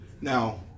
Now